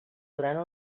durant